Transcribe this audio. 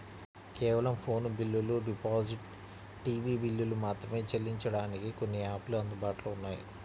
కేవలం ఫోను బిల్లులు, digital TV బిల్లులు మాత్రమే చెల్లించడానికి కొన్ని యాపులు అందుబాటులో ఉన్నాయి